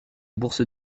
bourses